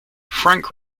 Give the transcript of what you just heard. frank